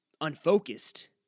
unfocused